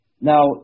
Now